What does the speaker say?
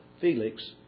Felix